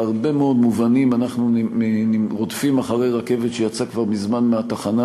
בהרבה מאוד מובנים אנחנו רודפים אחרי רכבת שיצאה כבר מזמן מהתחנה,